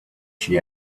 she